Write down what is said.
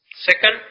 Second